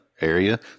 area